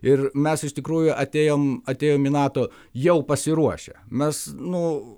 ir mes iš tikrųjų atėjom atėjom į nato jau pasiruošę mes nu